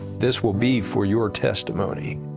this will be for your testimony.